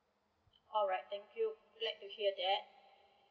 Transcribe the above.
alright thank you glad to hear that